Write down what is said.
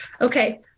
Okay